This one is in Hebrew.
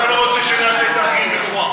אתה לא רוצה שנעשה תרגיל מכוער.